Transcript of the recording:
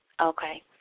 Okay